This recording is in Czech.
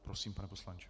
Prosím, pane poslanče.